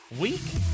week